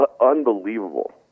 unbelievable